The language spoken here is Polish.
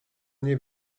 nie